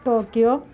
Tokyo